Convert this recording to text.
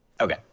Okay